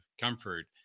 comfort